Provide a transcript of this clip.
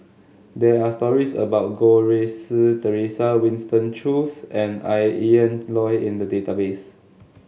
there are stories about Goh Rui Si Theresa Winston Choos and Ian Loy in the database